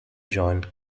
joined